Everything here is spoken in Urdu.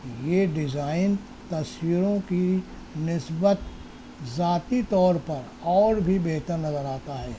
یہ ڈیزائن تصویروں کی نسبت ذاتی طور پر اور بھی بہتر نظر آتا ہے